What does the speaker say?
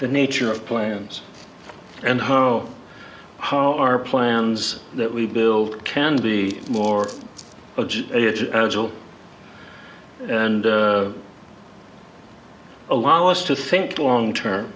the nature of plans and how how our plans that we build can be more urgent and allow us to think long term